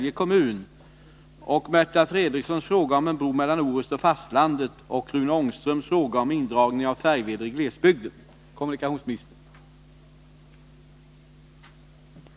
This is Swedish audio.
Anser kommunikationsministern att det är försvarbart att vidta föreslagen inskränkning i färjedriften vid Bjursundsström med tanke på en förhållandevis liten besparing och de stora negativa konsekvenser som blir följden för i första hand befolkningen i Loftahammarsområdet?